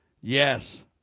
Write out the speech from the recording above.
yes